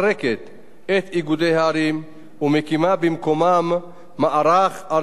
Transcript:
במקומם מערך ארצי בראשות נציב הכבאות וההצלה.